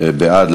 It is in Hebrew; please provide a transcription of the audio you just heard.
בעד,